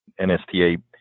NSTA